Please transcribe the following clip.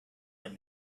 had